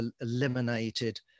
eliminated